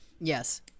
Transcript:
Yes